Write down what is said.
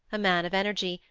a man of energy,